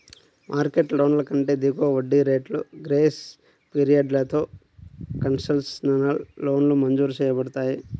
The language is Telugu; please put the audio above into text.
మార్కెట్ లోన్ల కంటే దిగువ వడ్డీ రేట్లు, గ్రేస్ పీరియడ్లతో కన్సెషనల్ లోన్లు మంజూరు చేయబడతాయి